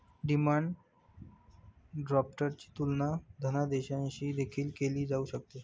demand ड्राफ्टची तुलना धनादेशाशी देखील केली जाऊ शकते